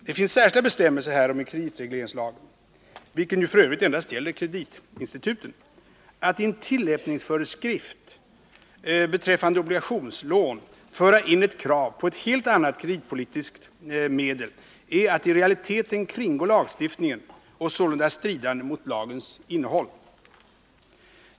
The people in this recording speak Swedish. Det finns särskilda bestämmelser härom i kreditregleringslagen, vilken ju f.ö. endast gäller kreditinstituten. Att i en tillämpningsföreskrift beträffande obligationslån föra in ett krav på ett helt annat kreditpolitiskt medel är att i realiteten kringgå lagstiftningen och är sålunda stridande mot lagens innehåll.